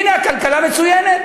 הנה, הכלכלה מצוינת.